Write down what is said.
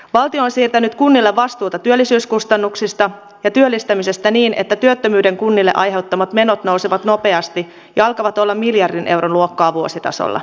valtio on siirtänyt kunnille vastuuta työllisyyskustannuksista ja työllistämisestä niin että työttömyyden kunnille aiheuttamat menot nousevat nopeasti ja alkavat olla miljardin euron luokkaa vuositasolla